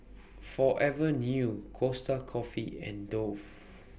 Forever New Costa Coffee and Dove